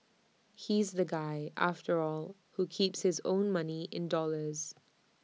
he's the guy after all who keeps his own money in dollars